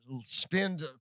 spend